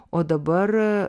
o dabar